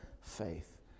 faith